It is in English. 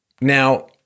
Now